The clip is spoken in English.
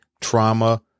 trauma